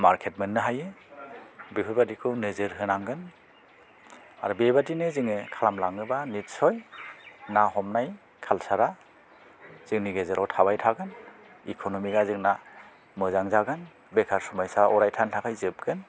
market मोननो हायो बेफोरबादिखौ नोजोर होनांगोन आरो बेबादिनो जोङो खालामलाङोबा निस्स'य ना हमनाय कालसारआ जोंनि गेजेराव थाबाय थागोन इकन'मिकआ जोंना मोजां जागोन बेकार समयसाया अरायथानि थाखाय जोबगोन